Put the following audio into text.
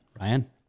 Ryan